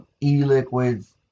e-liquids